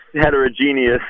heterogeneous